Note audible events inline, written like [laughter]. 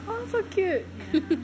oh so cute [laughs]